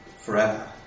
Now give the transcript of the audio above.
forever